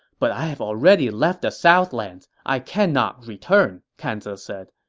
but i have already left the southlands i cannot return, kan ze said.